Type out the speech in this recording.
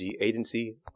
Agency